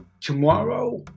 tomorrow